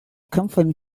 company